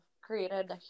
created